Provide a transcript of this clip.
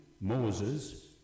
moses